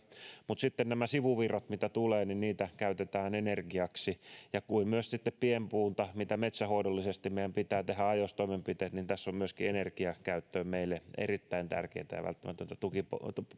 mutta sitten näitä sivuvirtoja joita tulee käytetään energiaksi kuin myös sitten pienpuuta metsähoidollisesti meidän pitää tehdä ajoissa toimenpiteet ja tässä on myöskin energiakäyttöön meille erittäin tärkeätä ja välttämätöntä